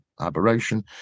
aberration